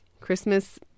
Christmas